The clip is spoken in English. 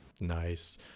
Nice